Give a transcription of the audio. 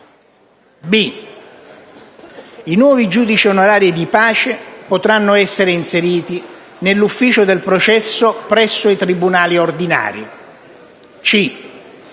i nuovi giudici onorari di pace potranno essere inseriti nell'ufficio del processo presso i tribunali ordinari. In